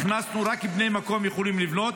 הכנסנו שרק בני מקום יכולים לבנות.